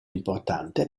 importante